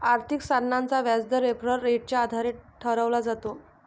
आर्थिक साधनाचा व्याजदर रेफरल रेटच्या आधारे ठरवला जातो